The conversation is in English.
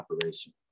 operation